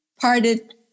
parted